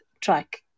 track